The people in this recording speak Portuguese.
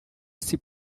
esse